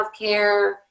healthcare